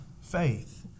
faith